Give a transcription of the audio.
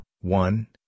One